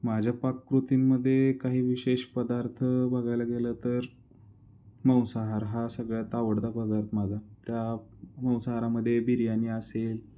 माझ्या पाककृतींमध्ये काही विशेष पदार्थ बघायला गेलं तर मांसाहार हा सगळ्यात आवडता पदार्थ माझा त्या मांसाहारामध्ये बिर्याणी असेल